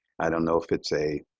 i don't know if it's a